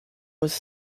was